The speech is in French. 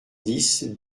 dix